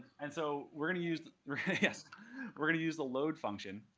and so we're going to use yes we're going to use the load function.